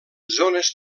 zones